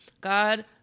God